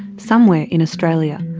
somewhere in australia.